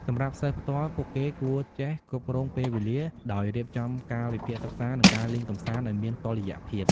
សម្រាប់សិស្សផ្ទាល់ ពួកគេគួរចេះគ្រប់គ្រងពេលវេលា ដោយរៀបចំកាលវិភាគសិក្សា និងការលេងកម្សាន្តឱ្យមានតុល្យភាព។